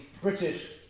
British